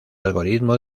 algoritmo